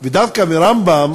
דווקא ברמב"ם,